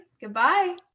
Goodbye